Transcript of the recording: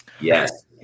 Yes